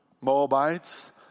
Moabites